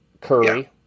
Curry